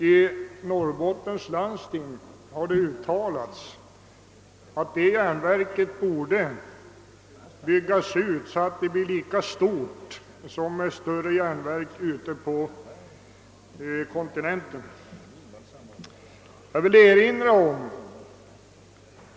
I Norrbottens landsting har det uttalats att järnverket borde byggas ut så att det blir lika stort som de större järnverken på kontinenten.